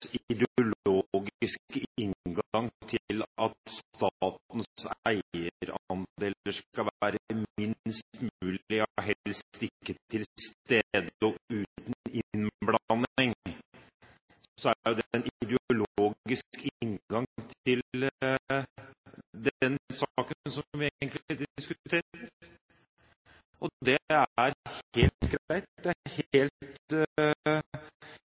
ikke til stede og uten innblanding, er det en ideologisk inngang til den saken som vi egentlig diskuterer. Det er helt greit. Det er helt